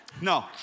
No